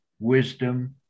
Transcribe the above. wisdom